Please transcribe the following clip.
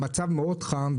המצב מאוד חם.